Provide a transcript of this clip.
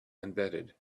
embedded